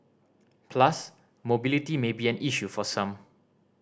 plus mobility may be an issue for some